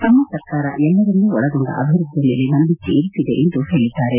ತಮ್ಮ ಸರ್ಕಾರ ಎಲ್ಲರನ್ನು ಒಳಗೊಂಡ ಅಭಿವ್ಯದ್ದಿಯ ಮೇಲೆ ನಂಬಿಕೆ ಇರಿಸಿದೆ ಎಂದು ಹೇಳಿದ್ದಾರೆ